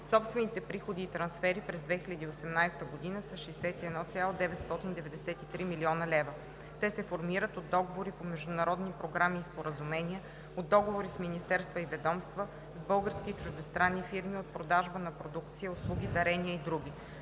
Собствените приходи и трансфери през 2018 г. са 61,993 млн. лв. Те се формират от договори по международни програми и споразумения, от договори с министерства и ведомства, с български и чуждестранни фирми, от продажба на продукция, услуги, дарения и други.